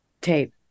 Tape